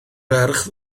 ferch